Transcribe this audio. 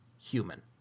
human